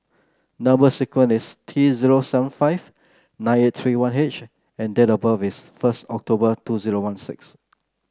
number sequence is T zero seven five nine eight three one H and date of birth is first October two zero one six